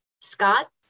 Scott